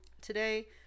Today